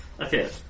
Okay